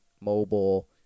mobile